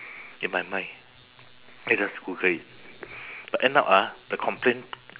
in my mind then I just google it but end up ah the complain